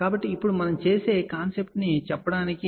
కాబట్టి ఇప్పుడు మనం చేసే భావనను చెప్పడానికి